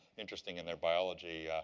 interesting in their biology,